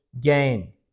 gain